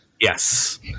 Yes